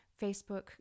Facebook